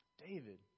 David